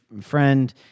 friend